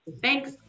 Thanks